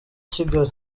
kigali